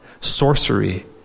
sorcery